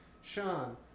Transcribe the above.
Sean